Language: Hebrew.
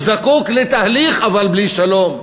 הוא זקוק לתהליך, אבל בלי שלום.